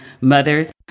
mothers